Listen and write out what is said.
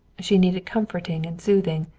she needed comforting and soothing,